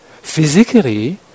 Physically